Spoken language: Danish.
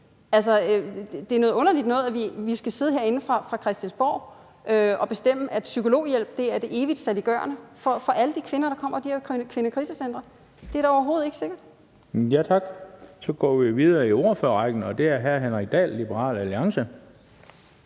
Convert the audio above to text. det er noget underligt noget, at vi skal sidde herinde på Christiansborg og bestemme, at psykologhjælp er det evigt saliggørende for alle de kvinder, der kommer i de her kvindekrisecentre. Det er da overhovedet ikke sikkert. Kl. 11:02 Den fg. formand (Bent Bøgsted): Tak. Så går vi videre i ordførerrækken, og det er hr. Henrik Dahl, Liberal Alliance.